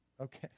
Okay